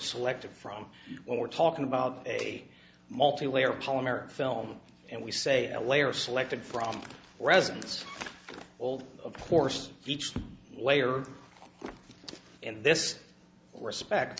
selected from when we're talking about a multi layer polymer film and we say a layer selected from residents old of course each layer in this respect